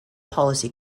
policy